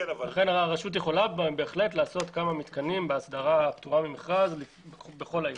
לכן הרשות יכולה בהחלט לעשות כמה מתקנים בהסדרה פטורה ממכרז בכל העיר.